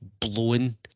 blowing